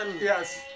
Yes